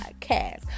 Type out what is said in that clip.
podcast